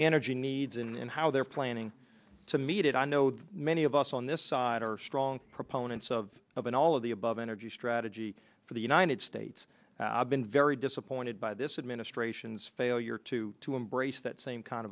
energy needs and how they're planning to meet it i know many of us on this side are strong proponents of of an all of the above energy strategy for the united states i've been very disappointed by this administration's failure to to embrace that same kind